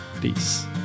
Peace